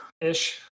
ish